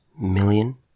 million